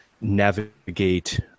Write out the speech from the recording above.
navigate